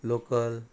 local